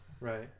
Right